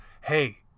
hey